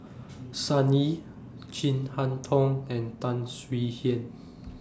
Sun Yee Chin Harn Tong and Tan Swie Hian